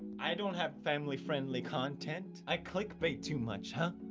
i don't have family-friendly content. i click bait too much huh?